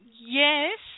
Yes